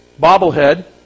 bobblehead